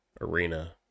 arena